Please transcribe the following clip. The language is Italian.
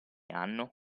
hanno